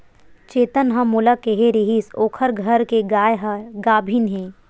चेतन ह मोला केहे रिहिस ओखर घर के गाय ह गाभिन हे